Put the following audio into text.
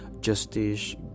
justice